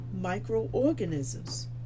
microorganisms